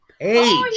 Page